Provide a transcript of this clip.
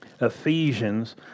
Ephesians